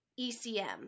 ECM